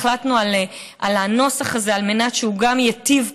והחלטנו על הנוסח הזה על מנת שהוא ייטיב,